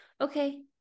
Okay